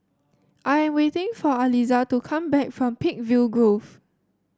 I am waiting for Aliza to come back from Peakville Grove